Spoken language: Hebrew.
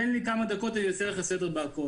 תן לי כמה דקות, אני אעשה לך סדר בכול.